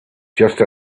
just